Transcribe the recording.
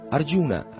Arjuna